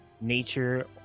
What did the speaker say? nature